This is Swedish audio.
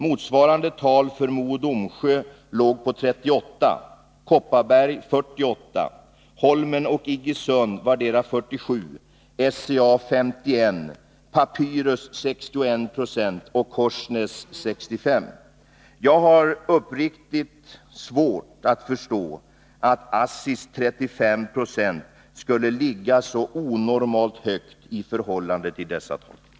Motsvarande tal för Mo och Domsjö låg på 38 20, för Kopparberg på 48, för Holmen och Iggesund på vardera 47, för SCA på 51, för Papyrus på 61 och för Korsnäs på 65 90. Jag har uppriktigt svårt att förstå att ASSI:s 35 96 skulle ligga så onormalt högt i förhållande till dessa tal.